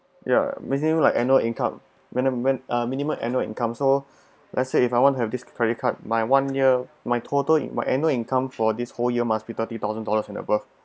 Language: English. ya maybe like annual income when um when minimum annual income so let's say if I want to have this credit card my one year my total my annual income for this whole year must be thirty thousand dollars and above